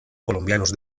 colombianos